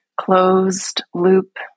closed-loop